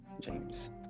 James